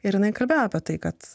ir jinai kalbėjo apie tai kad